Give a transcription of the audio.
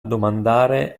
domandare